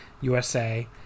USA